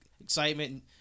excitement